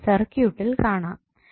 ഇത് സർക്യൂട്ടിൽ കാണാം